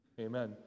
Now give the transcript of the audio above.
Amen